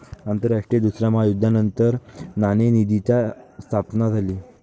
आंतरराष्ट्रीय दुसऱ्या महायुद्धानंतर नाणेनिधीची स्थापना झाली